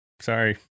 Sorry